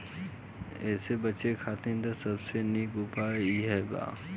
एसे बचे खातिर त सबसे निक उपाय इहे बा